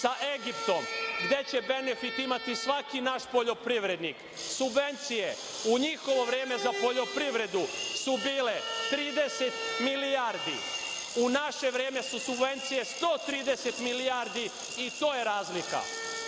sa Egiptom, gde će benefit imati svaki naš poljoprivrednik. Subvencije u njihovo vreme za poljoprivredu su bile 30 milijardi, u naše vreme su subvencije 130 milijardi i to je